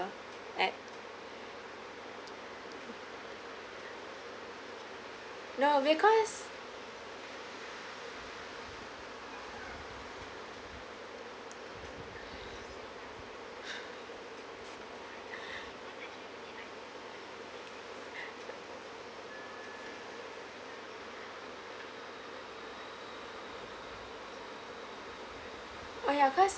at no because oh ya cause